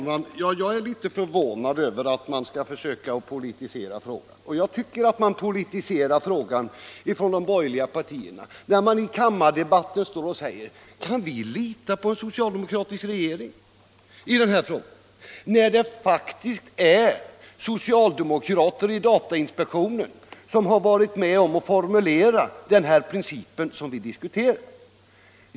Fru talman! Ja, jag är förvånad över att man försöker att politisera frågan. Och jag tycker att de borgerliga partierna politiserar den när deras representanter i kammardebatten säger: Kan vi lita på en socialdemokratisk regering i denna fråga? Det är faktiskt socialdemokrater i datainspektionen som varit med om att formulera den princip som vi diskuterar!